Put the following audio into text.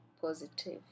positive